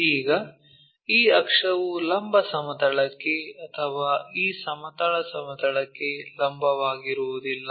ಈಗ ಈ ಅಕ್ಷವು ಲಂಬ ಸಮತಲಕ್ಕೆ ಅಥವಾ ಈ ಸಮತಲ ಸಮತಲಕ್ಕೆ ಲಂಬವಾಗಿರುವುದಿಲ್ಲ